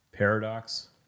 Paradox